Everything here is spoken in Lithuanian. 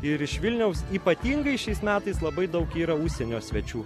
ir iš vilniaus ypatingai šiais metais labai daug yra užsienio svečių